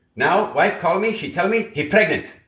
now, wife call me she tell me, he pregnant.